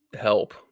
help